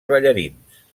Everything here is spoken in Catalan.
ballarins